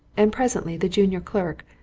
and presently the junior clerk,